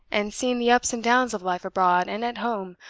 and seen the ups and downs of life abroad and at home,